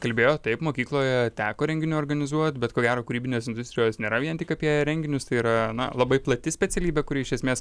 kalbėjot taip mokykloje teko renginį organizuot bet ko gero kūrybinės industrijos nėra vien tik apie renginius tai yra na labai plati specialybė kuri iš esmės